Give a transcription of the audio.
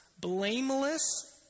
blameless